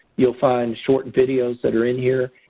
you'll find short videos that are in here.